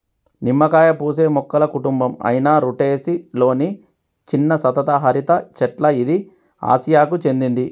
నిమ్మకాయ పూసే మొక్కల కుటుంబం అయిన రుటెసి లొని చిన్న సతత హరిత చెట్ల ఇది ఆసియాకు చెందింది